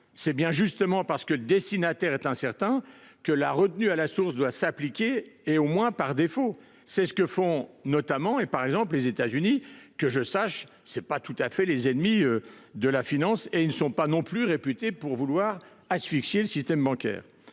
C’est précisément parce que le destinataire est incertain que la retenue à la source doit s’appliquer, au moins par défaut. C’est ce que font, notamment, les États Unis. Que je sache, ce ne sont pas tout à fait les ennemis de la finance, et ils ne sont pas non plus réputés pour vouloir asphyxier le système bancaire